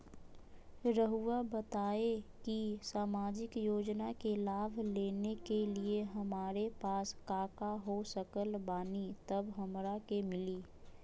रहुआ बताएं कि सामाजिक योजना के लाभ लेने के लिए हमारे पास काका हो सकल बानी तब हमरा के मिली?